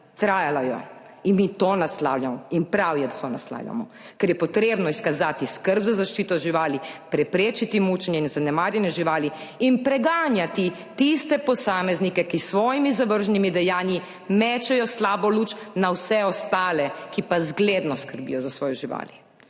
Trajalo je in mi to naslavljamo in prav je, da to naslavljamo, ker je potrebno izkazati skrb za zaščito živali, preprečiti mučenje in zanemarjanje živali in preganjati tiste posameznike, ki s svojimi zavržnimi dejanji mečejo slabo luč na vse ostale, ki pa zgledno skrbijo za svoje živali.